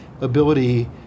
ability